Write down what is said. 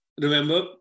remember